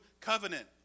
covenant